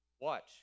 Watch